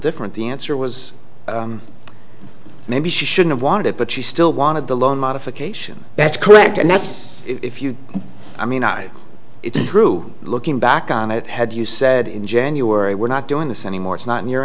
different the answer was maybe she should have wanted it but she still wanted the loan modification that's correct and that's if you i mean i it's true looking back on it had you said in january we're not doing this anymore it's not in your